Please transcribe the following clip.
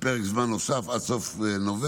בפרק זמן נוסף, עד סוף נובמבר,